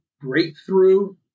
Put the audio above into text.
breakthrough